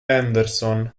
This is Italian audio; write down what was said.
henderson